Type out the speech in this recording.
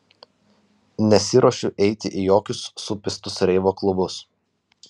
nesiruošiu eiti į jokius supistus reivo klubus